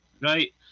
right